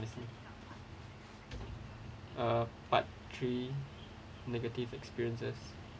uh part three negative experiences